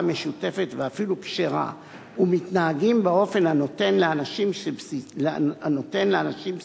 משותפת ואפילו כשרה ומתנהגים באופן הנותן לאנשים שבסביבה יסוד